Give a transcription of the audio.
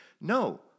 No